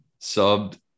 subbed